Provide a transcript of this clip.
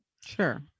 sure